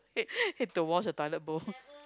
hate hate to wash the toilet bowl